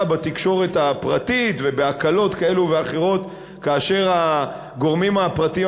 בתקשורת הפרטית ובהקלות כאלה ואחרות כאשר הגורמים הפרטיים